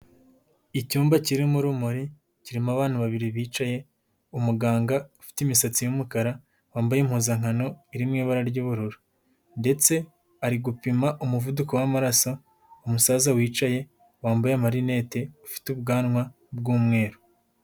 Icyumba kirimo urumuri, kirimo abantu babiri bicaye, umuganga ufite imisatsi y'umukara wambaye impuzankano iri mu ibara ry'ubururu, ndetse ari gupima umuvuduko w'amaraso umusaza wicaye wambaye amarinete, ufite ubwanwa bw'umweru.